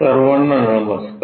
सर्वांना नमस्कार